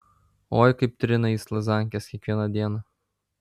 oi kaip trina jis lazankes kiekvieną dieną